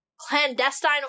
clandestine